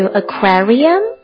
aquarium